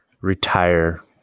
retire